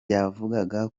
yavugaga